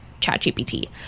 ChatGPT